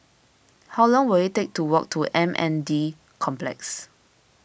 how long will it take to walk to M N D Complex